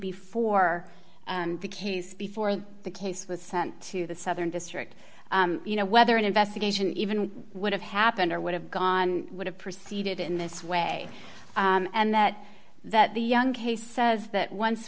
before and the case before the case was sent to the southern district you know whether an investigation even would have happened or would have gone on would have proceeded in this way and that that the young case says that once